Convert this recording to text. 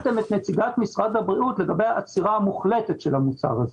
אתם שאלתם את נציגת משרד הבריאות לגבי העצירה המוחלטת של המוצר הזה.